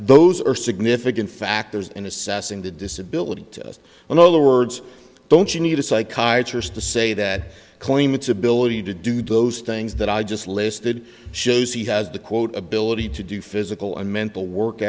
those are significant factors in assessing the disability to us in other words don't you need a psychiatrist to say that claimants ability to do those things that i just listed shows he has the quote ability to do physical and mental work